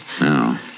No